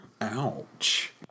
ouch